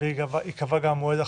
היה שם מה זה אירוע משפטי,